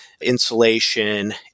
insulation